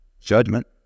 Judgment